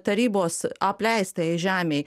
tarybos apleistajai žemei